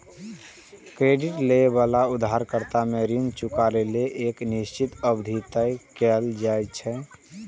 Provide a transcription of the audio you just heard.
credit लए बला उधारकर्ता कें ऋण चुकाबै लेल एक निश्चित अवधि तय कैल जाइ छै